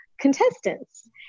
contestants